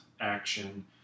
action